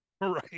right